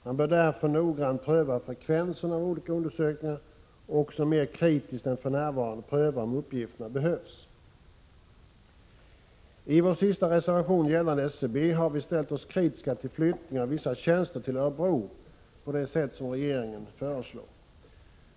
Därför bör man noggrant pröva frekvensen av olika undersökningar och också mer kritiskt än för närvarande pröva om uppgifterna behövs. I vår sista reservation beträffande SCB har vi för det tredje ställt oss kritiska till flyttning av vissa tjänster till Örebro på det sätt som regeringen föreslår.